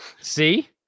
See